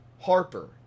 Harper